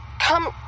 come